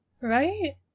Right